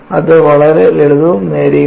അത് വളരെ ലളിതവും നേരെയുമാണ്